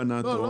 הלבנת הון.